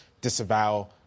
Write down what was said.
disavow